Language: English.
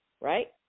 Right